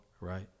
right